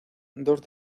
dos